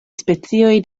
specioj